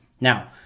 Now